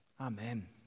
Amen